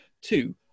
Two